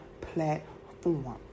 platform